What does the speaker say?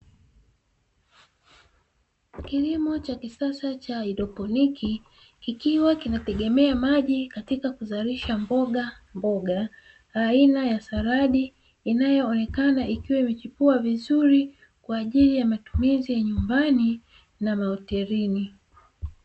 Kilimo cha kisasa cha haidroponiki, kikiwa kinategemea maji katika kuzalisha mboga mboga, aina ya saladi inayooneka ikiwa imechipua vizuri, kwa ajili ya matumizi ya nyumbani na mahotelini.